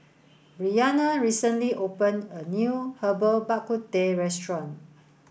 Bryanna recently opened a new Herbal Bak Ku Teh restaurant